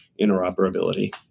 interoperability